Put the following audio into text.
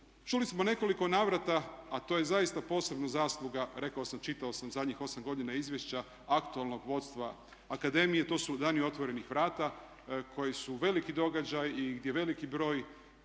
Čuli smo u nekoliko navrata, a to je zaista posebna zasluga rekao sam, čitao sam zadnjih 8 godina izvješća aktualnog vodstva akademije. To su "Dani otvorenih vrata" koji su veliki događaj i gdje veliki broj